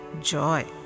joy